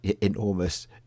enormous